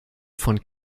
von